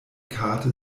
karte